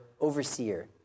overseer